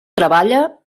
treballa